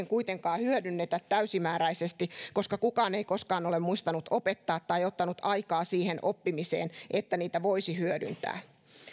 kuitenkaan hyödynnetä täysimääräisesti koska kukaan ei koskaan ole muistanut opettaa tai ottanut aikaa siihen oppimiseen että niitä voisi hyödyntää